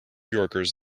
yorkers